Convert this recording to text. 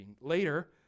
Later